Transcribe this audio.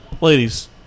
ladies